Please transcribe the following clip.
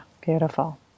beautiful